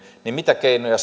niin mitä keinoja